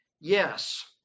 yes